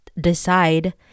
decide